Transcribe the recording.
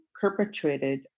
perpetrated